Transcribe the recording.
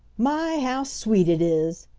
my, how sweet it is!